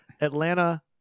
Atlanta